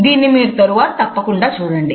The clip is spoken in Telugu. దీన్ని మీరు తరువాత తప్పకుండా చూడండి